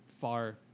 far